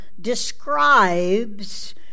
describes